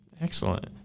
Excellent